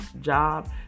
job